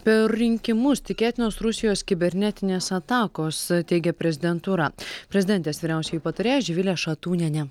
per rinkimus tikėtinos rusijos kibernetinės atakos teigia prezidentūra prezidentės vyriausioji patarėja živilė šatūnienė